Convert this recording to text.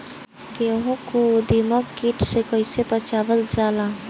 गेहूँ को दिमक किट से कइसे बचावल जाला?